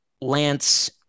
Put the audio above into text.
Lance